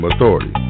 Authority